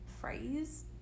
phrase